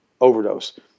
overdose